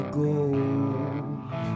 gold